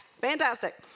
Fantastic